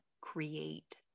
create